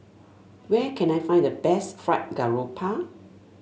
where can I find the best Fried Garoupa